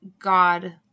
God